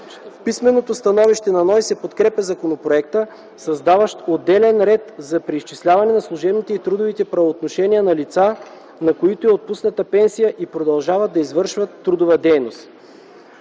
писменото становище на НОИ се подкрепя законопроекта, създаващ отделен ред за преизчисляване на служебните и трудовите правоотношения на лица, на които е отпусната пенсия и продължават да извършват трудова дейност.